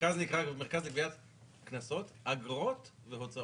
המרכז נקרא המרכז לגביית קנסות, אגרות והוצאות.